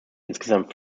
insgesamt